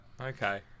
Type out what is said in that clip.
Okay